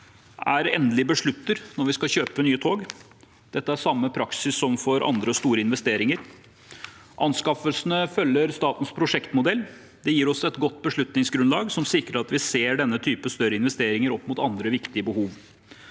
er endelig beslutter når vi skal kjøpe nye tog. Dette er samme praksis som for andre store investeringer. Anskaffelsene følger statens prosjektmodell. Det gir oss et godt beslutningsgrunnlag og sikrer at vi ser denne typen større investeringer opp mot andre viktige behov.